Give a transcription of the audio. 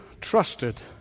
trusted